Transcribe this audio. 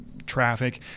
traffic